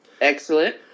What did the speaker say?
Excellent